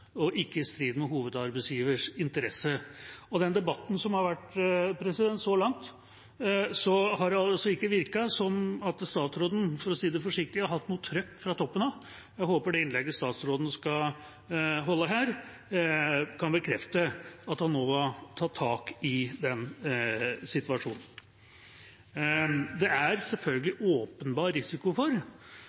og ikke i strid med hovedarbeidsgivers interesse. I den debatten som har vært så langt, har det ikke virket som om statsråden – for å si det forsiktig – har hatt noe «trykk» fra toppen av. Jeg håper det innlegget statsråden skal holde her, kan bekrefte at han nå tar tak i den situasjonen. Det er selvfølgelig en åpenbar risiko for